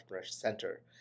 Center